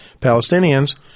Palestinians